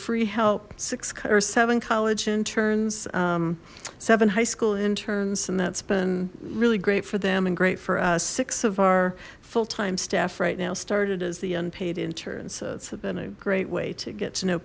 free help six or seven college interns seven high school interns and that's been really great for them and great for us six of our full time staff right now started as the unpaid intern so it's been a great way to get to know